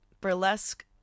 burlesque